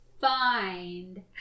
find